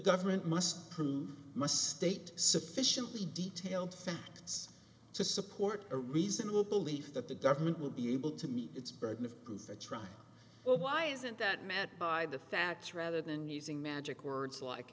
government must prove must state sufficiently detailed facts to support a reasonable belief that the government will be able to meet its burden of proof for trying well why isn't that met by the facts rather than using magic words like